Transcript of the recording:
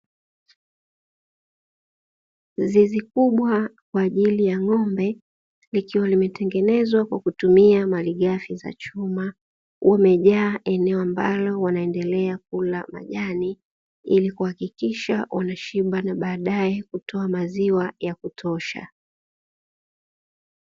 Zizi kubwa kwa ajili ya ng'ombe, likiwa limetengenezwa kwa kutumia malighafi za chuma. Wamejaa eneo ambalo wanaendelea kula majani, ili kuhakikisha wanashiba na baadaye kutoa maziwa ya kutosha.